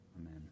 Amen